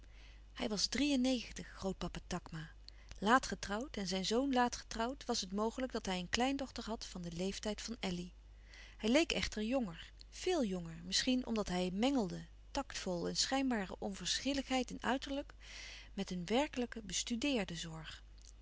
hij was drie en negentig grootpapa takma laat getrouwd en zijn zoon laat getrouwd was het mogelijk dat hij een kleindochter had van den leeftijd van elly hij leek echter jonger veel jonger misschien omdat hij mengelde tactvol een schijnbare louis couperus van oude menschen de dingen die voorbij gaan onverschilligheid in uiterlijk met een werkelijke bestudeerde zorg